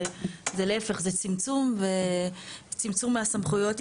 להיפך, זה צמצום, צמצום מהסמכויות.